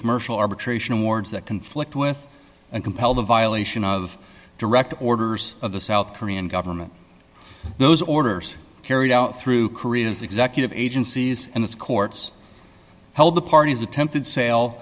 commercial arbitration awards that conflict with and compel the violation of direct orders of the south korean government those orders carried out through korea's executive agencies and its courts held the party's attempted sale